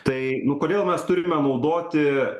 tai nu kodėl mes turime naudoti